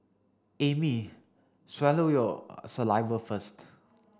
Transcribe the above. Amy swallow your saliva first